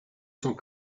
cent